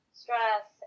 stress